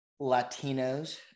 Latinos